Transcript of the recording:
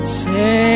say